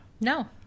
no